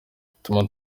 bituma